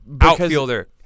outfielder